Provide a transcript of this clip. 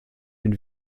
une